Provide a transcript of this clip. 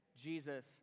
Jesus